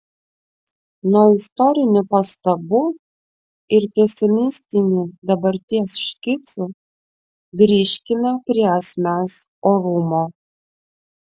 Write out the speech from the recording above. nuo istorinių pastabų ir pesimistinių dabarties škicų grįžkime prie asmens orumo